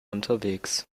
unterwegs